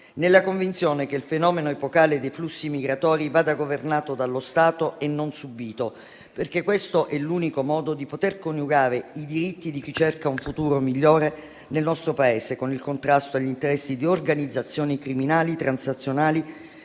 nella convinzione che il fenomeno epocale dei flussi migratori vada governato dallo Stato e non subìto, perché questo è l'unico modo di poter coniugare i diritti di chi cerca un futuro migliore nel nostro Paese con il contrasto agli interessi di organizzazioni criminali transnazionali